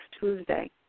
Tuesday